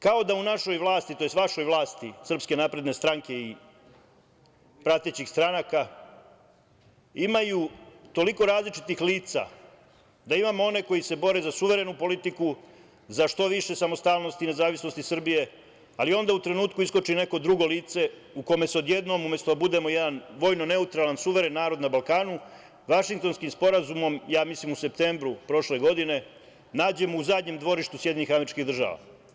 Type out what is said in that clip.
Kao da u našoj vlasti, tj. vašoj vlasti SNS i pratećih stranaka imaju toliko različitih lica da imamo one koji se bore za suverenu politiku, za što više samostalnosti i nezavisnosti Srbije, ali onda u trenutku iskoči neko drugo lice u kome se odjednom umesto da budemo jedan vojno neutralan suveren narod na Balkanu Vašingtonskim sporazumom, ja mislim u septembru prošle godine nađemo u zadnjem dvorištu SAD.